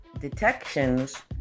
detections